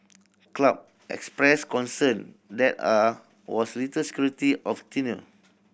club expressed concern that are was little security of tenure